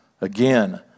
again